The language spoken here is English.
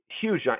huge